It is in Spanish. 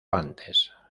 antes